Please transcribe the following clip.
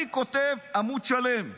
אני כותב עמוד שלם כתגובה,